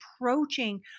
approaching